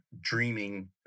dreaming